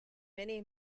many